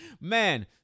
man